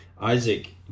Isaac